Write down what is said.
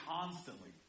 constantly